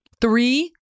three